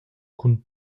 cun